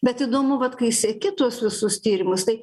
bet įdomu vat kai seki tuos visus tyrimus tai